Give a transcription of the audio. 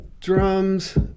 drums